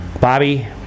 Bobby